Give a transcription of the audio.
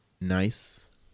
nice